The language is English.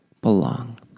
belong